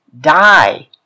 die